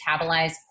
metabolize